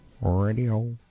Radio